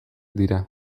dira